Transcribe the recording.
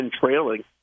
trailing